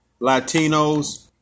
Latinos